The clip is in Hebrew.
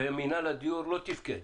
ומינהל הדיור לא תפקד.